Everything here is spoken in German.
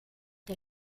der